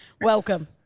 Welcome